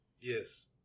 Yes